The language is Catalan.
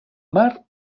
mar